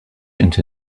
into